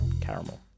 Caramel